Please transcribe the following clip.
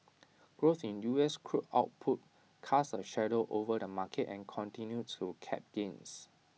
growth in U S crude output cast A shadow over the market and continued to cap gains